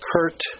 Kurt